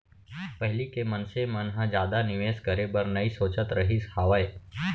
पहिली के मनसे मन ह जादा निवेस करे बर नइ सोचत रहिस हावय